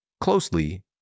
closely